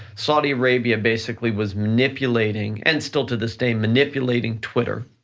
saudi arabia basically was manipulating and still to this day manipulating twitter,